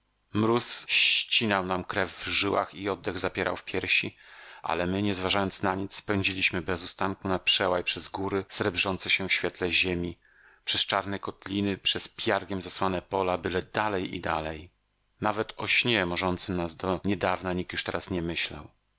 mróz ścinał nam krew w żyłach i oddech zapierał w piersi ale my nie zważając na nic pędziliśmy bez ustanku na przełaj przez góry srebrzące się w świetle ziemi przez czarne kotliny przez piargiem zasłane pola byle dalej i dalej nawet o śnie morzącym nas do niedawna nikt już teraz nie myślał